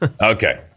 Okay